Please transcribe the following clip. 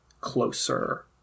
closer